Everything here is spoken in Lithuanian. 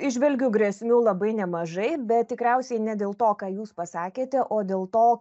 įžvelgiu grėsmių labai nemažai bet tikriausiai ne dėl to ką jūs pasakėte o dėl to